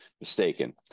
mistaken